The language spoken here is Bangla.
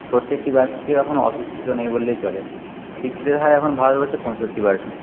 প্রত্যেকটি কেউ এখন অশিক্ষিত নেই বললেই চলে শিক্ষিতের হার এখন ভারতবর্ষে পঁয়ষট্টি পারসেন্ট